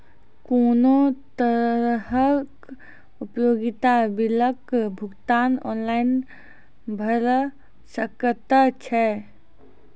कुनू तरहक उपयोगिता बिलक भुगतान ऑनलाइन भऽ सकैत छै?